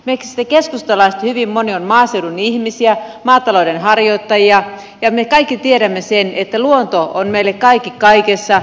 meistä keskustalaisista hyvin moni on maaseudun ihmisiä maatalouden harjoittajia ja me kaikki tiedämme sen että luonto on meille kaikki kaikessa